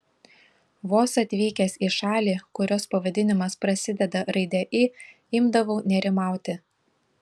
vos atvykęs į šalį kurios pavadinimas prasideda raide i imdavau nerimauti